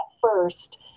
first